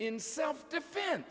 in self defense